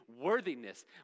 worthiness